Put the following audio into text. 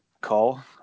call